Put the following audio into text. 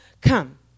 Come